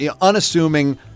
unassuming